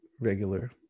regular